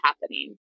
happening